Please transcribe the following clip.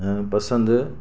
ऐं पसंदि